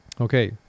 Okay